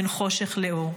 בין חושך לאור.